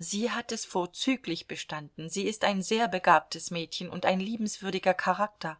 sie hat es vorzüglich bestanden sie ist ein sehr begabtes mädchen und ein liebenswürdiger charakter